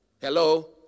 Hello